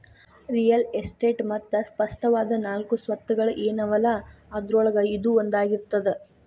real estate ಮತ್ತ ಸ್ಪಷ್ಟವಾದ ನಾಲ್ಕು ಸ್ವತ್ತುಗಳ ಏನವಲಾ ಅದ್ರೊಳಗ ಇದೂ ಒಂದಾಗಿರ್ತದ